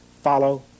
follow